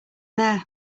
there